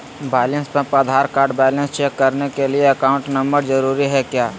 Balance पंप Aadhaar card balance check करने के लिए अकाउंट नंबर जरूरी है क्या?